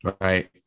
Right